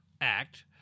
Act